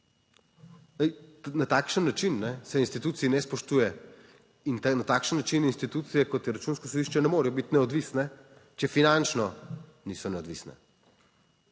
na takšen način se institucij ne spoštuje in na takšen način institucije, kot je Računsko sodišče, ne morejo biti neodvisne, če finančno niso neodvisne.